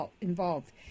involved